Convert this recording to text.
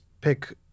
pick